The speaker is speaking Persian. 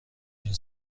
این